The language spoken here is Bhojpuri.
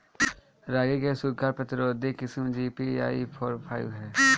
रागी क सूखा प्रतिरोधी किस्म जी.पी.यू फोर फाइव ह?